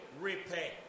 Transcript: repay